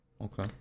Okay